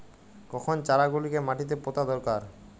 কখন চারা গুলিকে মাটিতে পোঁতা দরকার?